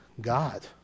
God